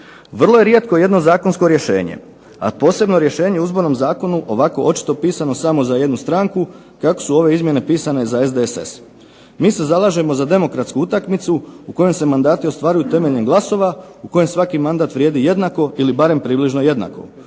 Vrlo je rijetko jedno zakonsko rješenje, a posebno rješenje u Izbornom zakonu ovako očito pisano samo za jednu stranku kako su ove izmjene pisane za SDSS. Mi se zalažemo za demokratsku utakmicu u kojoj se mandati ostvaruju temeljem glasova u kojem svaki mandat vrijedi jednako ili barem približno jednako,